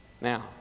Now